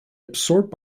absorbed